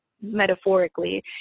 metaphorically